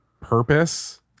purpose